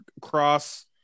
Cross